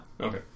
Okay